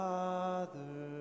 Father